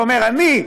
ואומר: אני,